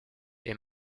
est